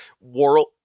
world